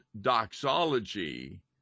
doxology